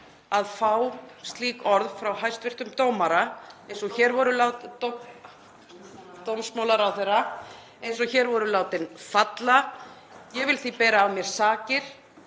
að fá slík orð frá hæstv. dómsmálaráðherra eins og hér voru látin falla. Ég vil því bera af mér sakir.